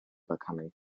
becoming